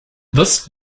this